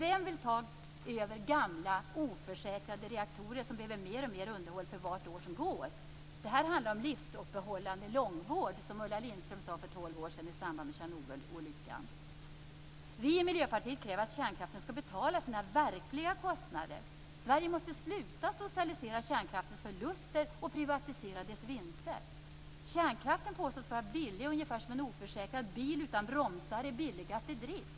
Vem vill ta över gamla oförsäkrade reaktorer som behöver mer och mer underhåll för varje år som går? Det handlar om livsuppehållande långvård, som Ulla Lindström sade för 12 år sedan i samband med Tjernobylolyckan. Vi i Miljöpartiet kräver att kärnkraften skall betala sina verkliga kostnader. Sverige måste sluta att socialisera kärnkraftens förluster och privatisera dess vinster. Kärnkraften påstås vara billig, ungefär som en oförsäkrad bil utan bromsar är billigast i drift.